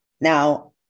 Now